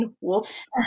Whoops